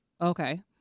Okay